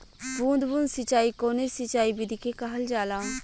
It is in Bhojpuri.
बूंद बूंद सिंचाई कवने सिंचाई विधि के कहल जाला?